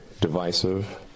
divisive